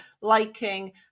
liking